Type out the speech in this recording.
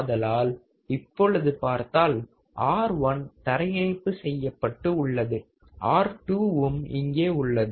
ஆதலால் இப்பொழுது பார்த்தால் R1 தரையிணைப்பு செய்யப்பட்டு உள்ளது R2 வும் இங்கே உள்ளது